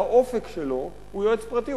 הוא יועץ פרטי,